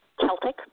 Celtic